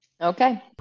Okay